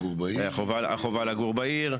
החובה לגור בעיר.